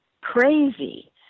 crazy